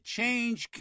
change